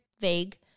vague